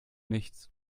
nichts